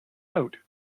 out